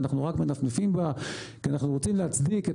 אנחנו רק מנפנפים בה כי אנחנו רוצים להצדיק את